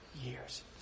years